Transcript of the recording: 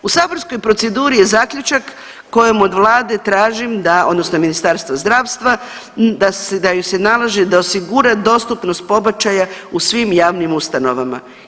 U saborskoj proceduri je zaključak kojim od vlade tražim da odnosno Ministarstva zdravstva da joj se naloži da osigura dostupnost pobačaja u svim javnim ustanovama.